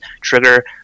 Trigger